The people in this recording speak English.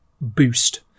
boost